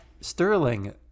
Sterling